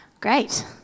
Great